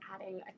adding